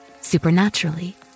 supernaturally